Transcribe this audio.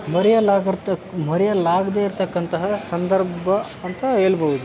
ಮರೆಯಲಾಗಿರ್ತಕ್ಕ ಮರೆಯಲಾಗದೇ ಇರತಕ್ಕಂತಹ ಸಂದರ್ಭ ಅಂತ ಹೇಳ್ಬೋದು